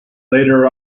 later